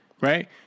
right